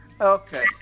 Okay